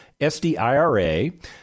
SDIRA